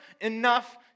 enough